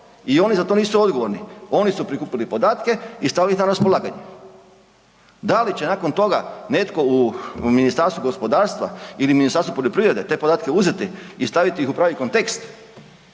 i oni za to nisu odgovorni. Oni su prikupili podatke i stavili ih na raspolaganje. Da li će nakon toga netko u Ministarstvu gospodarstva ili u Ministarstvo poljoprivrede te podatke uzeti i staviti ih u pravi kontekst